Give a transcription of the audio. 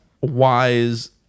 wise